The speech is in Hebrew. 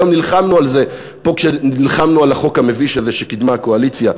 היום נלחמנו על זה פה כשנלחמנו על החוק המביש הזה שקידמה הקואליציה,